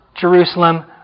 Jerusalem